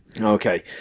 Okay